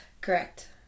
Correct